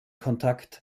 kontakt